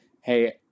hey